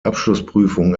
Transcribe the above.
abschlussprüfung